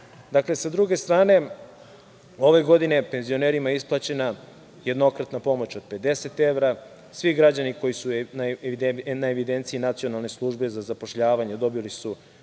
sa druge strane, ove godine penzionerima je isplaćena jednokratna pomoć od 50 evra. Svi građani koji su na evidenciji Nacionalne službe za zapošljavanje dobili su